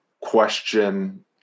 question